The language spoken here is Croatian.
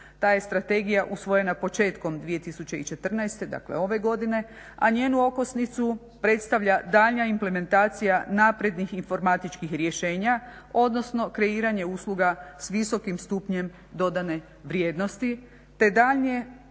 Ta je strategija usvojena početkom 2014. dakle ove godine a njenu okosnicu predstavlja daljnja implementacija naprednih informatičkih rješenja odnosno kreiranje usluga sa visokim stupnjem dodane vrijednosti te daljnje